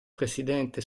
presidente